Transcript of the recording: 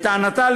לטענתה,